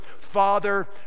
Father